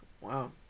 Wow